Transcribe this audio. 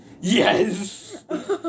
Yes